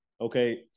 okay